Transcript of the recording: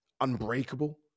unbreakable